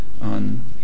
on